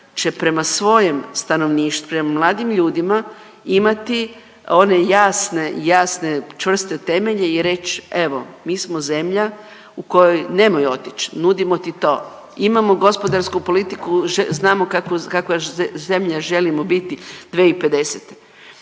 će prema svojem stanovništvu, prema mladim ljudima imati one jasne, jasne, čvrste temelje i reći, evo, mi smo zemlja u kojoj nemoj otići, nudimo ti to, imamo gospodarsku politiku, znamo kakva zemlja želimo biti 2050.